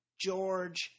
George